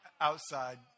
outside